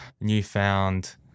newfound